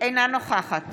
אינה נוכחת